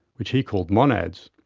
which he called monads.